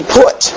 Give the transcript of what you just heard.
put